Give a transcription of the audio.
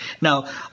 Now